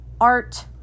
art